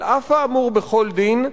על אף האמור בכל דין,